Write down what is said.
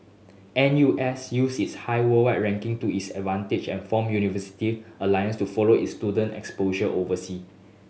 N U S use its high worldwide ranking to its advantage and formed university alliance to follow its student exposure oversea